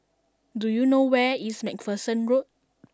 do you know where is MacPherson Road